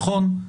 נכון?